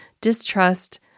distrust